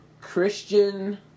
Christian